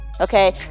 Okay